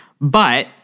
But-